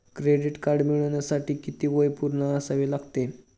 Credit card मिळवण्यासाठी किती वय पूर्ण असावे लागते?